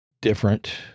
different